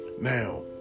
now